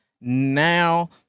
now